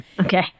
Okay